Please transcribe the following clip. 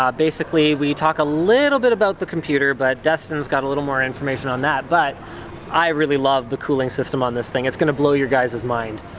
um basically we talk a little bit about the computer but destin's got a little more information on that, but i really love the cooling system on this thing, it's gonna blow your guys's mind.